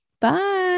Bye